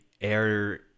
air